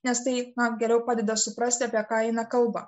nes tai na geriau padeda suprasti apie ką eina kalba